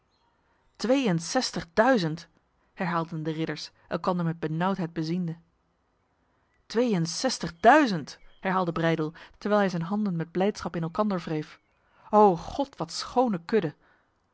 tweeënzestigduizend herhaalden de ridders elkander met benauwheid beziende tweeënzestigduizend herhaalde breydel terwijl hij zijn handen met blijdschap in elkander wreef o god wat schone kudde